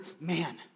man